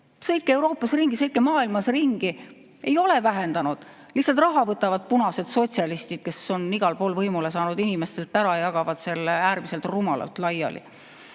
Sõitke Euroopas ringi, sõitke maailmas ringi – ei ole vähendanud. Lihtsalt raha võtavad punased sotsialistid, kes on igal pool võimule saanud, inimestelt ära ja jagavad selle äärmiselt rumalalt laiali.